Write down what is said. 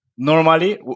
Normally